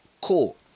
Cool